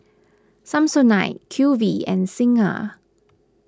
Samsonite Q V and Singha